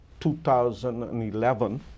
2011